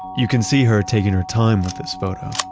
you can see her taking her time with this photo,